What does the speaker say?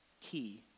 key